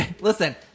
listen